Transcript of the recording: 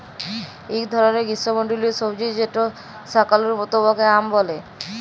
ইক ধরলের গিস্যমল্ডলীয় সবজি যেট শাকালুর মত উয়াকে য়াম ব্যলে